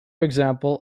example